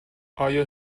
آیا